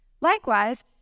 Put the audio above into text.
Likewise